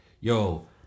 Yo